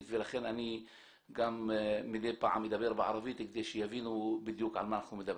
ולכן אני גם מדי פעם אדבר בערבית כדי שיבינו בדיוק על מה אנחנו מדברים.